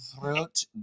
throat